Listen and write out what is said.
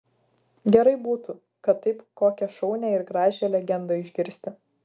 gerai būtų kad taip kokią šaunią ir gražią legendą išgirsti